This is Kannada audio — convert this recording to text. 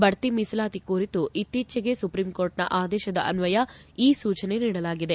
ಬಡ್ತಿ ಮೀಸಲಾತಿ ಕುರಿತು ಇತ್ತೀಚೆಗೆ ಸುಪ್ರೀಂಕೋರ್ಟ್ನ ಆದೇಶದ ಅನ್ವಯ ಈ ಸೂಚನೆ ನೀಡಲಾಗಿದೆ